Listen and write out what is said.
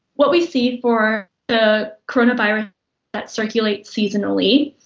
what we see for the coronaviruses that circulate seasonally,